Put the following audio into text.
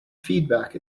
feedback